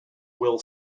will